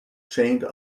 chained